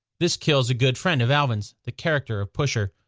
this kills a good friend of alvin's, the character of pusher.